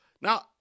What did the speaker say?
Now